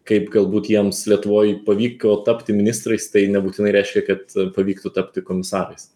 kaip galbūt jiems lietuvoj pavyko tapti ministrais tai nebūtinai reiškia kad pavyktų tapti komisarais